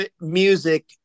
music